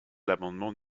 l’amendement